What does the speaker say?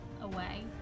away